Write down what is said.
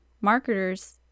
marketers